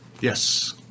Yes